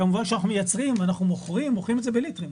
כמובן שאנחנו מוכרים את זה בליטרים,